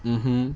mmhmm